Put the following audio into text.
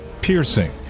piercing